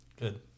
good